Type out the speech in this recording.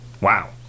Wow